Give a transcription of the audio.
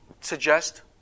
suggest